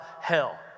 hell